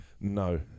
No